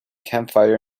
campfire